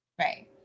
Right